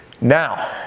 Now